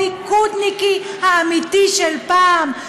הליכודניקי האמיתי של פעם,